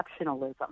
exceptionalism